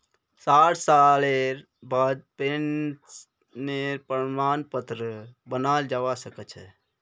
साठ सालेर बादें पेंशनेर प्रमाण पत्र बनाल जाबा सखछे